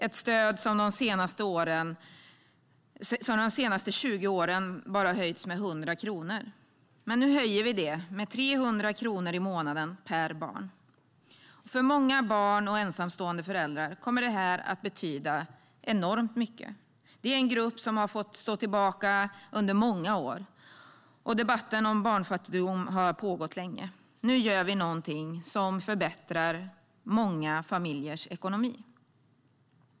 Det är ett stöd som de senaste 20 åren höjts med bara 100 kronor. Men nu höjer vi det med 300 kronor i månaden per barn. För många barn och ensamstående föräldrar kommer det här att betyda mycket. Det är en grupp som har fått stå tillbaka under många år, och debatten om barnfattigdomen har pågått länge. Nu gör vi något som förbättrar många familjers ekonomi.